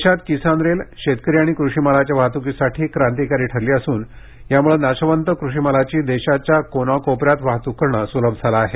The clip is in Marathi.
देशात किसान रेल शेतकरी आणि कृषी मालाच्या वाहतुकीसाठी क्रांतिकारी ठरली असून यामुळे नाशवंत कृषी मालाची देशाच्या कोनाकोपऱ्यात वाहतूक करण सुलभ झालं आहे